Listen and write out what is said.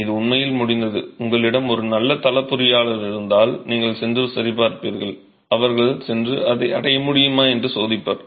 இது உண்மையில் முடிந்தது உங்களிடம் ஒரு நல்ல தள பொறியாளர் இருந்தால் நீங்கள் சென்று சரிபார்ப்பீர்கள் அவர்கள் சென்று இதை அடைய முடியுமா என்று சோதிப்பர்